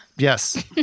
Yes